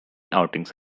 outings